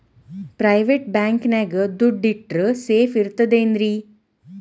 Private bank ನ್ಯಾಗ್ ದುಡ್ಡ ಇಟ್ರ ಸೇಫ್ ಇರ್ತದೇನ್ರಿ?